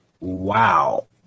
wow